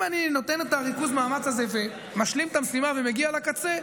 אם אני נותן את ריכוז המאמץ הזה ומשלים את המשימה ומגיע לקצה,